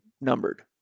numbered